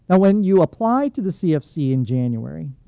ah when you apply to the cfc in january,